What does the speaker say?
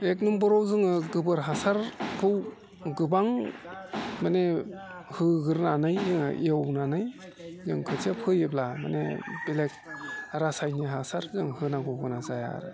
एक नम्बराव जोङो गोबोर हासारखौ गोबां माने होग्रोनानै जोङो एवनानै जों खोथिया फोयोब्ला माने बेलेक रासायनिक हासार जों होनांगौ गोनां जाया आरो